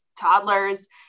toddlers